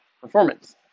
performance